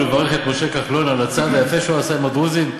לברך את משה כחלון על הצעד היפה שהוא עשה עם הדרוזים,